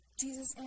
Jesus